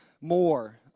more